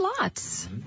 lots